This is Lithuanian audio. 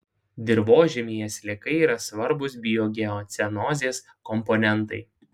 dirvožemyje sliekai yra svarbūs biogeocenozės komponentai